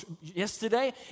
yesterday